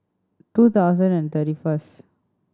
two thousand and thirty first